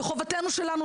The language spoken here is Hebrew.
וחובתנו שלנו,